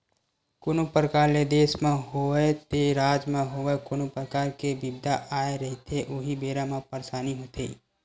कोनो परकार ले देस म होवय ते राज म होवय कोनो परकार के बिपदा आए रहिथे उही बेरा म परसानी होथे